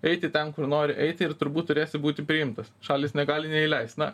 eiti ten kur nori eiti ir turbūt turėsi būti priimtas šalys negali neįleist na